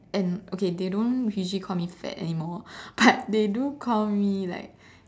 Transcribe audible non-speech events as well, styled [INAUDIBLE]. and okay they don't usually call me fat anymore but [LAUGHS] they do call me like